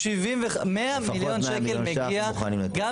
אנחנו מוכנים להתחייב ש-100 מיליון שקל